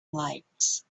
lakes